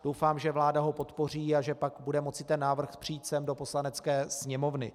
Doufám, že vláda ho podpoří, a pak bude moci ten návrh přijít sem do Poslanecké sněmovny.